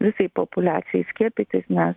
visai populiacijai skiepytis nes